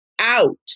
out